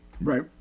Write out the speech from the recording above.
Right